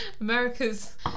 America's